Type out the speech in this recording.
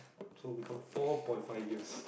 two become four point five years